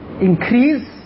increase